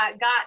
got